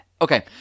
Okay